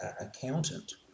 accountant